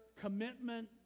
commitment